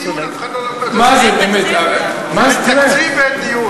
זה לא דיון.